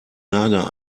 nager